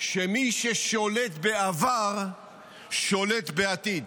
שמי ששולט בעבר שולט בעתיד,